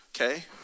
okay